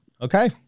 Okay